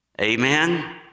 Amen